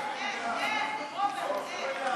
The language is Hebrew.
לוועדת החוקה,